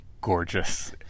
gorgeous